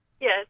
Yes